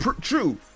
true